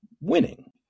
winning